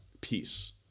peace